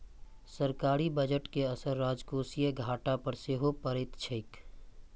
सरकारी बजट के असर राजकोषीय घाटा पर सेहो पड़ैत छैक